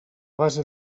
base